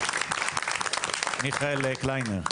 מיכאל קליינר.